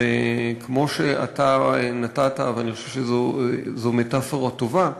וכמו שאתה נתת, ואני חושב שזו מטאפורה טובה,